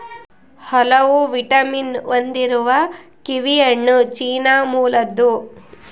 ಹಲವು ವಿಟಮಿನ್ ಹೊಂದಿರುವ ಕಿವಿಹಣ್ಣು ಚೀನಾ ಮೂಲದ್ದು